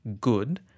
good